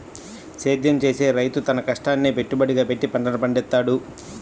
సేద్యం చేసే రైతు తన కష్టాన్నే పెట్టుబడిగా పెట్టి పంటలను పండిత్తాడు